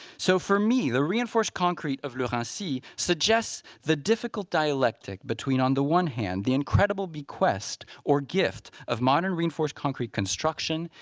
so for me, the reinforced concrete of le raincy suggests the difficult dialectic between, on the one hand, the incredible bequest or gift of modern reinforced concrete construction,